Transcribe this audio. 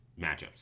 matchups